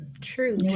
true